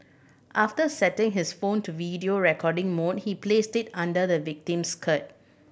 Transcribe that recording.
after setting his phone to video recording mode he placed it under the victim's skirt